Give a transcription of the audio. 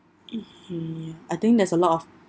mmhmm ya I think there's a lot of